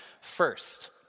First